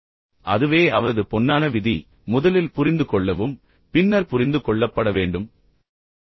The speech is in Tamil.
இப்போது அதுவே அவரது பொன்னான விதி முதலில் புரிந்துகொள்ள முயற்சி செய்யுங்கள் பின்னர் புரிந்து கொள்ளப்பட வேண்டும் என்று அவர் கூறுகிறார்